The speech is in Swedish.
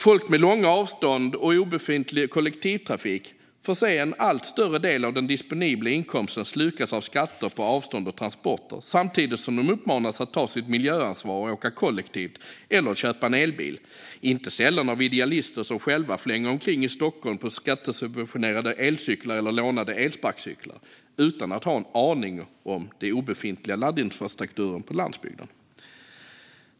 Folk med långa avstånd och obefintlig kollektivtrafik får se en allt större del av den disponibla inkomsten slukas av skatter på avstånd samtidigt som de uppmanas att ta sitt miljöansvar och åka kollektivt eller köpa en elbil - inte sällan av idealister som själva flänger omkring i Stockholm på skattesubventionerade elcyklar eller lånade elsparkcyklar utan att ha en aning om den obefintliga laddinfrastrukturen på landsbygden.